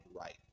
right